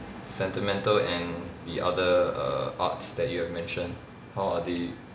sentimental and the other err arts that you have mentioned how are they